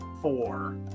four